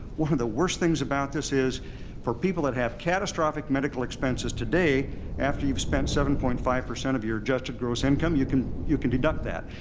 one of the worst things about this is for people that have catastrophic medical expenses today after you've spent seven point five percent of your adjusted gross income, you can you can deduct that.